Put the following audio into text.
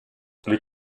les